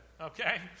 okay